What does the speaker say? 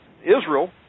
Israel